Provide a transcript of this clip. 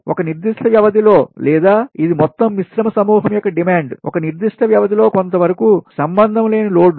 ఒక నిర్దిష్ట వ్యవధిలో లేదా ఇది మొత్తం మిశ్రమ సమూహం యొక్క డిమాండ్ ఒక నిర్దిష్ట వ్యవధిలో కొంతవరకు సంబంధం లేని లోడ్లు